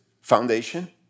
foundation